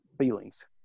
feelings